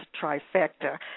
trifecta